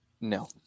No